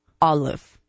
olive